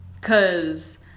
cause